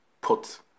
put